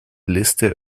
liste